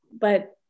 but-